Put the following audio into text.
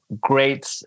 great